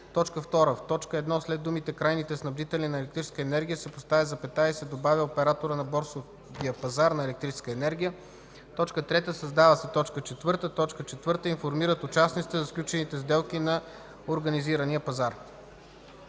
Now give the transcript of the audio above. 2. В т. 1 след думите „крайните снабдители на електрическа енергия” се поставя запетая и се добавя „оператора на борсовия пазар на електрическа енергия”. 3. Създава се т. 4: „4. информират участниците за сключените сделки на организирания пазар.”